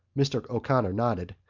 mr. o'connor nodded.